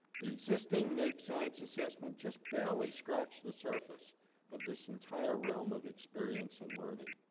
the existing naep science assessment just barely scratched the surface of this entire realm of experience and learning.